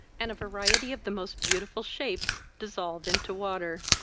and a variety of the most beautiful shapes dissolve into water.